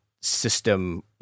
system